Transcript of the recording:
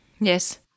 Yes